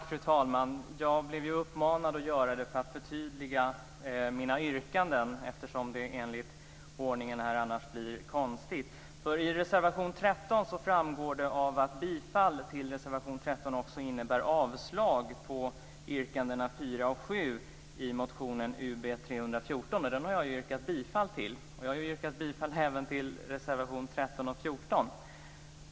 Fru talman! Jag blev uppmanad att begära ordet igen för att förtydliga mina yrkanden, eftersom det enligt ordningen här annars blir konstigt. I reservation 13 framgår det att bifall till reservation 13 också innebär avslag på yrkandena 4 och 7 i motion Ub314. Men dem har jag ju yrkat bifall till, och jag har yrkat bifall även till reservationerna 13 och 14.